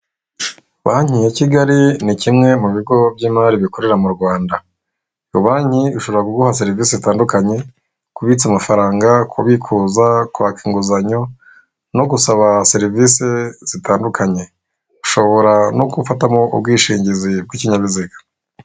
Banki ya Kigali ni kimwe mu bigo bikorera mu Rwanda. Banki ishobora kuguha serivise zitandukanye, kubitsa amafaranga, kubikuza, kwaka inguzanyo, no gusaba serivise zitandukanye. Ushobora no gufatamo ubwishingizi bw'ikinyabiziga.